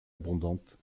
abondante